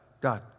God